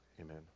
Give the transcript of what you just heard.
Amen